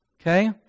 Okay